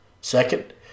Second